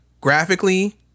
graphically